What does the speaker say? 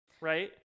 Right